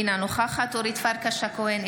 אינה נוכחת אורית פרקש הכהן,